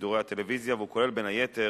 בשידורי הטלוויזיה, והוא כולל, בין היתר,